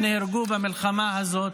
נהרגו במלחמה הזו.